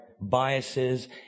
biases